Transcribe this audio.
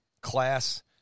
class